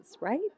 right